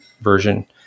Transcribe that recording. version